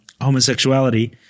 homosexuality